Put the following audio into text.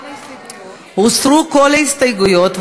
הוסרו כל ההסתייגויות,